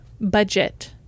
budget